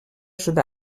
sud